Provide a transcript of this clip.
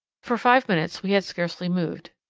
for five minutes we had scarcely moved.